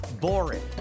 boring